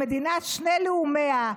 מדינת שני לאומיה,